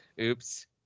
Oops